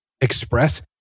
express